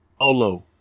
Olo